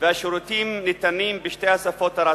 והשירותים ניתנים בשתי השפות הרשמיות.